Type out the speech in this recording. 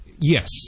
Yes